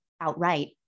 outright